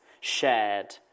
shared